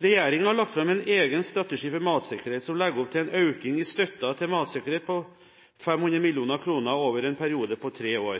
har lagt fram en egen strategi for matsikkerhet som legger opp til en økning i støtten til matsikkerhet på 500 mill. kr over en periode på tre år.